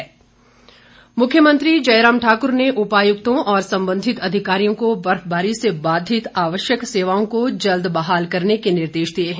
निर्देश मुख्यमंत्री मुख्यमंत्री जयराम ठाकुर ने उपायुक्तों और संबंधित अधिकारियों को बर्फबारी से बाधित आवश्यक सेवाओं को जल्द बहाल करने के निर्देश दिए हैं